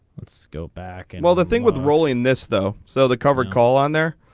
let's go back and well the thing with rolling this though so the covered call on there.